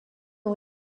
ont